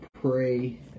pray